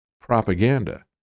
propaganda